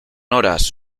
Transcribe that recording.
horas